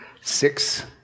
six